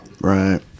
right